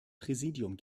präsidium